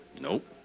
Nope